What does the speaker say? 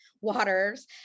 waters